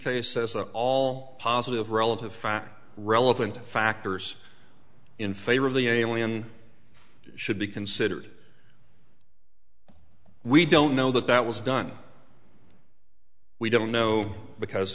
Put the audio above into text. are all positive relative found relevant factors in favor of the alien should be considered we don't know that that was done we don't know because